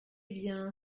bien